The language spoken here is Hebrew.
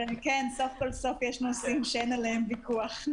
כן, סוף כל סוף יש נושאים שאין עליהם ויכוח.